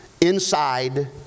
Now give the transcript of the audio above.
inside